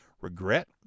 regret